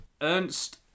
Ernst